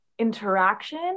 interaction